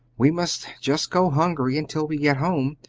we must just go hungry until we get home!